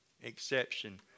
exception